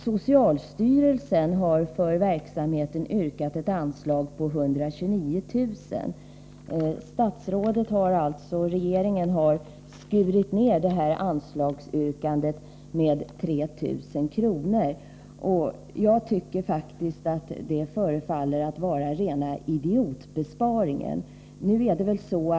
Socialstyrelsen har för verksamheten yrkat ett anslag på 129 000 kr. Regeringen har alltså skurit ned anslaget med 3 000 kr. Jag tycker faktiskt att det förefaller vara rena idiotbesparingen.